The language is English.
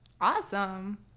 Awesome